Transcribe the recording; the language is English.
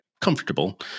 comfortable